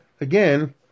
again